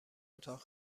اتاق